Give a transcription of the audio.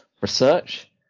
research